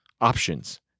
options